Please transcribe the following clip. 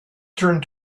turned